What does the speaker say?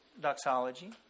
doxology